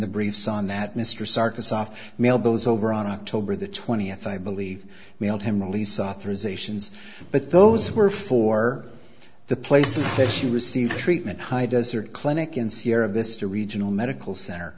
the briefs on that mr sarkozy off mailed those over on october the twentieth i believe mailed him release authorizations but those were for the places that you receive treatment high desert clinic in sierra vista regional medical center